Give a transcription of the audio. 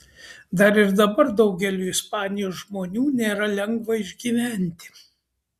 dar ir dabar daugeliui ispanijos žmonių nėra lengva išgyventi